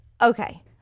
Okay